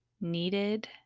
needed